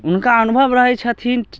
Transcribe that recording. हुनका अनुभव रहय छथिन